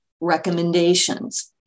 recommendations